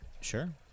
Sure